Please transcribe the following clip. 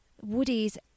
Woody's